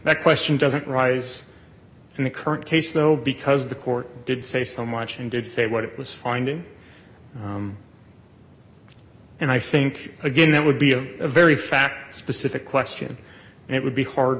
at question doesn't rise in the current case though because the court did say so much and did say what it was finding and i think again that would be of a very fact specific question and it would be hard